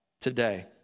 today